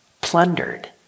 plundered